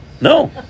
No